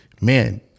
man